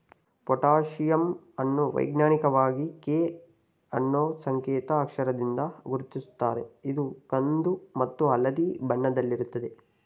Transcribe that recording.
potassium ಅನ್ನು ವೈಜ್ಞಾನಿಕವಾಗಿ K ಅನ್ನೂ ಸಂಕೇತ್ ಅಕ್ಷರದಿಂದ ಗುರುತಿಸುತ್ತಾರೆ ಇದು ಕಂದು ಮತ್ತು ಹಳದಿ ಬಣ್ಣದಲ್ಲಿರುತ್ತದೆ